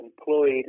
employed